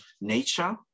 nature